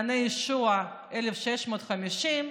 במעייני הישועה, 1,650,